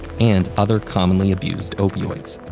and other commonly abused opioids.